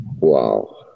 Wow